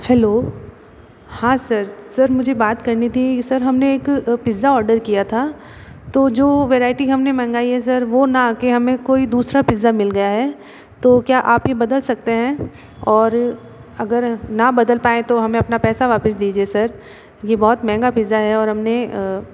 hello हाँ sir sir मुझे बात करनी थी सर हमने एक पिज़्ज़ा ऑर्डर किया था तो जो वेराइटी हमने मंगाई है सर वो ना कि हमें कोई दूसरा पिज़्ज़ा मिल गया है तो क्या आप ये बदल सकते हैं और अगर ना बदल पाएँ तो हमें अपना पैसा वापस दीजिए सर ये बहुत महंगा पिज़्ज़ा है और हमने